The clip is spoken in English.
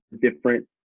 different